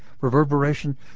reverberation